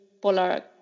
Polar